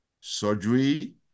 Surgery